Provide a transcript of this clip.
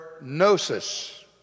gnosis